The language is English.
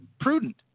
prudent